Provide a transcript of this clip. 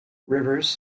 rivers